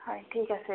হয় ঠিক আছে